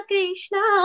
Krishna